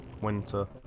winter